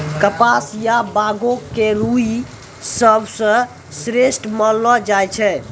कपास या बांगो के रूई सबसं श्रेष्ठ मानलो जाय छै